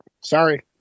Sorry